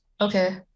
Okay